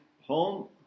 home